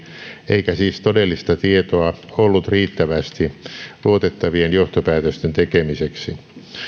eikä siis todellista tietoa ollut riittävästi luotettavien johtopäätösten tekemiseksi